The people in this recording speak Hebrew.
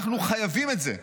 אנחנו חייבים את זה למשרתים,